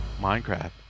Minecraft